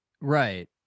Right